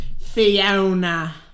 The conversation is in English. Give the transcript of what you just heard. Fiona